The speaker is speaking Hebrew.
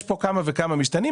יש פה כמה וכמה משתנים,